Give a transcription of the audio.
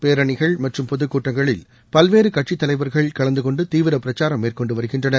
பேரணிகள் மற்றும் பொதுக் கூட்டங்களில் பல்வேறு கட்சித் தலைவர்கள் கலந்து கொண்டு தீவிர பிரச்சாரம் மேற்கொண்டு வருகின்றனர்